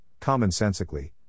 commonsensically